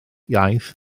iaith